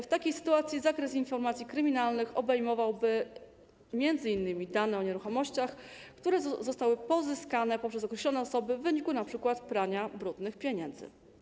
W takiej sytuacji zakres informacji kryminalnych obejmowałby m.in. dane o nieruchomościach, które zostały pozyskane poprzez określone osoby w wyniku np. prania brudnych pieniędzy.